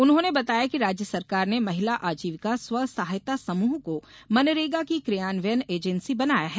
उन्होंने बताया कि राज्य सरकार ने महिला आजीविका स्व सहायता समृह को मनरेगा की कियान्वयन एजेंसी बनाया है